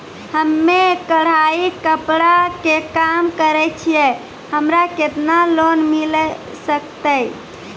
हम्मे कढ़ाई कपड़ा के काम करे छियै, हमरा केतना लोन मिले सकते?